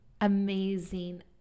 amazing